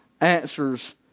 answers